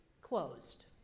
closed